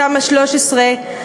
תמ"א 13,